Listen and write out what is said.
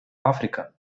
afrika